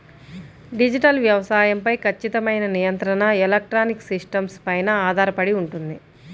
digital వ్యవసాయం పై ఖచ్చితమైన నియంత్రణ ఎలక్ట్రానిక్ సిస్టమ్స్ పైన ఆధారపడి ఉంటుంది